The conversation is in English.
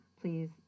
Please